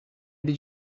did